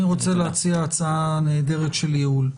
אני רוצה להציע הצעה נהדרת של ייעול.